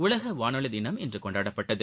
உலக வானொலி தினம் இன்று கொண்டாடப்பட்டது